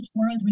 world